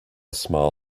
small